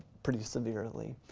pretty severely,